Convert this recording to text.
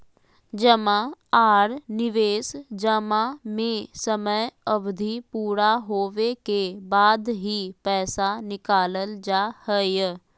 जमा आर निवेश जमा में समय अवधि पूरा होबे के बाद ही पैसा निकालल जा हय